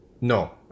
No